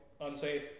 unsafe